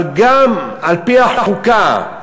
אבל גם על-פי החוקה,